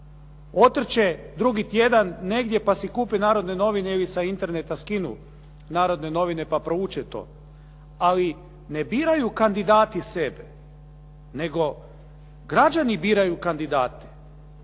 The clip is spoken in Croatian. otrče drugi tjedan negdje pa si kupe Narodne novine ili sa interneta skinu Narodne novine pa prouče to. Ali ne biraju kandidati sebe nego građani biraju kandidate.